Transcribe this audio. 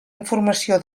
informació